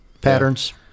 patterns